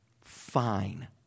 fine